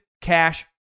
Cash